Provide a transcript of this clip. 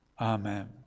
Amen